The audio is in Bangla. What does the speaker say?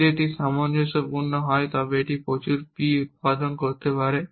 যদি এটি সামঞ্জস্যপূর্ণ হয় যে এটি প্রচুর p উত্পাদন করতে পারে